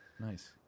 nice